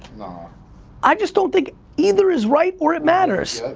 i just don't think either is right or it matters.